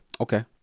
Okay